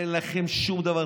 אין לכם שום דבר.